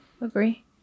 agree